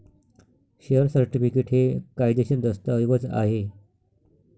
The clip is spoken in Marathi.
शेअर सर्टिफिकेट हे कायदेशीर दस्तऐवज आहे